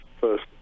first